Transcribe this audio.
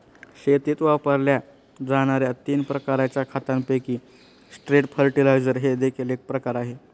शेतीत वापरल्या जाणार्या तीन प्रकारच्या खतांपैकी स्ट्रेट फर्टिलाइजर हे देखील एक प्रकार आहे